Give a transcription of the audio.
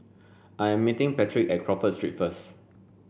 I am meeting Patric at Crawford Street first